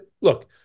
look